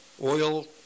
oil